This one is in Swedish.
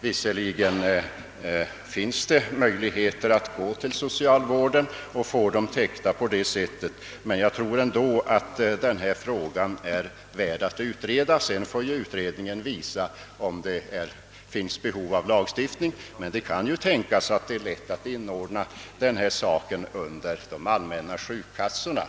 Visserligen finns det möjligheter att vända sig till socialvården för att genom dennas försorg få dem täckta, men jag tror ändå att denna fråga är värd att utreda. Sedan får utredningen visa om det finns behov av lagstiftning på detta område. Det kan ju tänkas att det är lätt att inordna denna försäkringsform under de allmänna sjukkassorna.